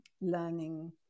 learning